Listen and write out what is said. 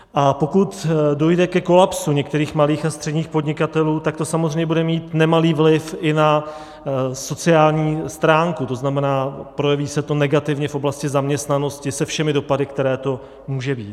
A pokud dojde ke kolapsu některých malých a středních podnikatelů, tak to samozřejmě bude mít nemalý vliv i na sociální stránku, to znamená, projeví se to negativně v oblasti zaměstnanosti se všemi dopady, které to může mít.